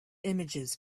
images